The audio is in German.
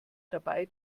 dabei